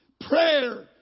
prayer